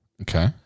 Okay